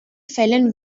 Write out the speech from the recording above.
fällen